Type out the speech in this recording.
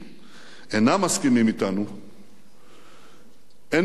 אינם מסכימים אתנו אין פירושה